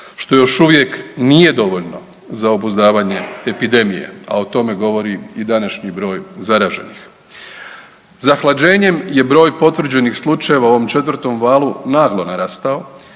što još uvijek nije dovoljno za obuzdavanje epidemije, a o tome govori i današnji broj zaraženih. Zahlađenjem je broj potvrđenih slučajeva u ovom 4. valu naglo narastao